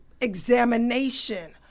examination